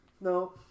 No